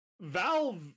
Valve